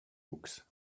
books